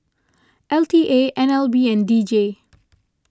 l T A N L B and D J